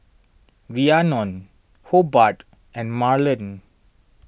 Rhiannon Hobart and Marland